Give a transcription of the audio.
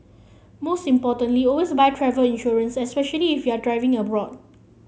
most importantly always buy travel insurance especially if you're driving abroad